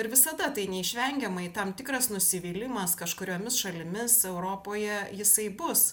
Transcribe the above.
ir visada tai neišvengiamai tam tikras nusivylimas kažkuriomis šalimis europoje jisai bus